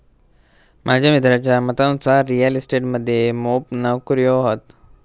माझ्या मित्राच्या मतानुसार रिअल इस्टेट मध्ये मोप नोकर्यो हत